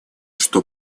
что